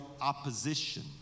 opposition